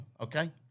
okay